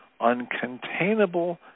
uncontainable